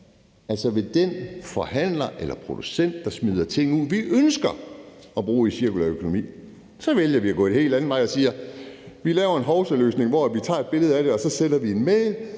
altså ved den forhandler eller producent, der smider ting ud, vi ønsker at bruge i cirkulær økonomi, så vælger vi at gå en helt anden vej og sige, at vi laver en hovsaløsning, hvor vi tager et billede af det, og så sender vi en mail,